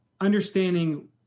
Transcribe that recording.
understanding